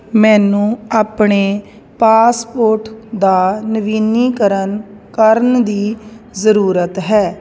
ਮੈਨੂੰ ਆਪਣੇ ਪਾਸਪੋਰਟ ਦਾ ਨਵੀਨੀਕਰਨ ਕਰਨ ਦੀ ਜ਼ਰੂਰਤ ਹੈ